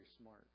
smart